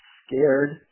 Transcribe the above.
scared